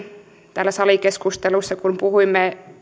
täällä salikeskustelussa kun puhuimme